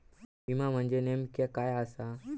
विमा म्हणजे नेमक्या काय आसा?